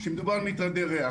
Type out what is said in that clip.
כאשר מדובר על מטרדי ריח.